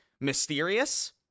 mysterious